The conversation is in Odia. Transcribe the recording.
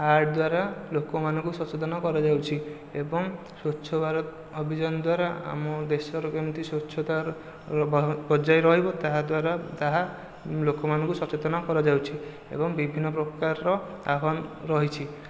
ଆଡ୍ ଦ୍ଵାରା ଲୋକ ମାନଙ୍କୁ ସଚେତନ କରାଯାଉଛି ଏବଂ ସ୍ୱଚ୍ଛ ଭାରତ ଅଭିଯାନ ଦ୍ଵାରା ଆମ ଦେଶର କେମିତି ସ୍ବଚ୍ଛତାର ବଜାୟ ରହିବ ତାହା ଦ୍ଵାରା ତାହା ଲୋକେ ମାନଙ୍କୁ ସଚେତନ କରାଯାଉଛି ଏବଂ ବିଭିନ୍ନ ପ୍ରକାରର ଆହ୍ବାନ ରହିଛି